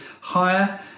higher